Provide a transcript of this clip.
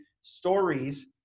stories